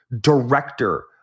director